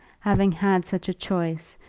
having had such a choice,